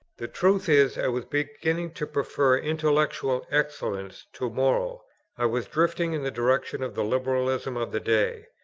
the truth is, i was beginning to prefer intellectual excellence to moral i was drifting in the direction of the liberalism of the day